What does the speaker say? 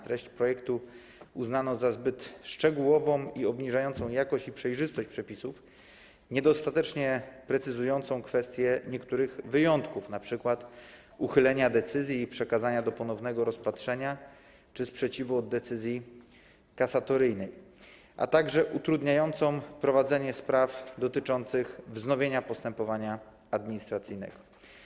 Treść projektu uznano za zbyt szczegółową i obniżającą jakość oraz przejrzystość przepisów, niedostatecznie precyzującą kwestię niektórych wyjątków, np. uchylenia decyzji i przekazania do ponownego rozpatrzenia czy sprzeciwu od decyzji kasatoryjnej, a także utrudniającą prowadzenie spraw dotyczących wznowienia postępowania administracyjnego.